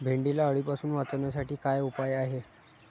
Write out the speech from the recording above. भेंडीला अळीपासून वाचवण्यासाठी काय उपाय आहे?